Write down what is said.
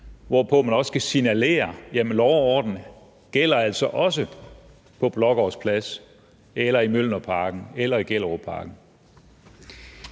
hvormed man også skal signalere, at lov og orden altså også gælder på Blågårds Plads eller i Mjølnerparken eller i Gellerupparken.